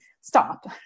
stop